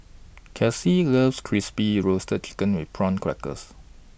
Kelcie loves Crispy Roasted Chicken with Prawn Crackers